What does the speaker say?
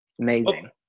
amazing